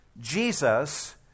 Jesus